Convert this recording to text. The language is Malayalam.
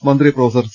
മന്ത്രി പ്രൊഫസർ സി